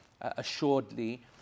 assuredly